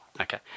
okay